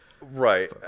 Right